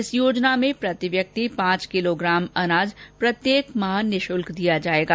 इस योजना में प्रति व्यक्ति पांच किलोग्राम अनाज प्रत्येक माह निशुल्क दिया जाएगा